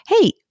Hey